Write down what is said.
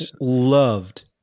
loved